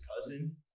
cousin